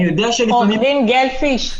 עורך דין גלבפיש,